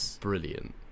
brilliant